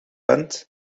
bent